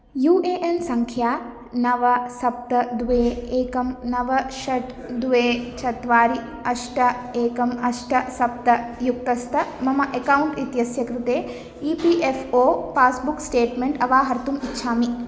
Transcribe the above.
you A N सङ्ख्या नव सप्त द्वे एकं नव षट् द्वे चत्वारि अष्ट एकम् अष्ट सप्त युक्तस्य मम अकौण्ट् इत्यस्य कृते E P F O passbook statement अवाहर्तुम् इच्छामि